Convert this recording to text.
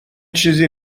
چیزی